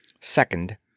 SECOND